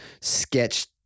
sketched